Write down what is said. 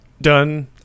done